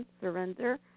Surrender